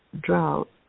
drought